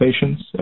patients